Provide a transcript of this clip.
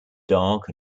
dark